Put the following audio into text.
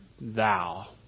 thou